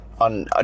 on